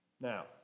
Now